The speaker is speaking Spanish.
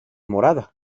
morada